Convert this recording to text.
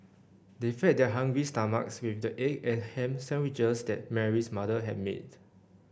they fed their hungry stomachs with the egg and ham sandwiches that Mary's mother had made